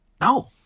No